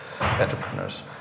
entrepreneurs